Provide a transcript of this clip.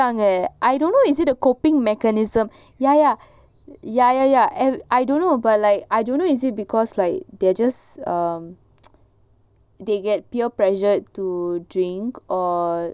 அவ:ava I don't know is it a coping mechanism ya ya yeah yeah yeah and I don't know but like I don't know is it because like they are just um they get peer pressured to drink or